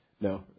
no